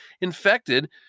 infected